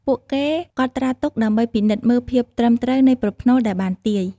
ពួកគេកត់ត្រាទុកដើម្បីពិនិត្យមើលភាពត្រឹមត្រូវនៃប្រផ្នូលដែលបានទាយ។